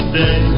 day